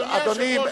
אדוני היושב-ראש.